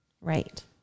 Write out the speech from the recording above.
Right